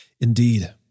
Indeed